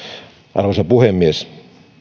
arvoisa puhemies